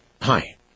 Hi